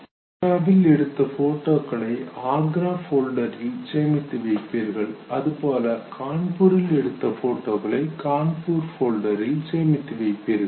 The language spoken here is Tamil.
ஆக்ராவில் எடுத்த போட்டோக்களை ஆக்ரா ஃபோல்டரில் சேமித்து வைப்பீர்கள் அதுபோல கான்பூரில் எடுத்த போட்டோக்களை கான்பூர் ஃபோல்டரில் சேமித்து வைப்பீர்கள்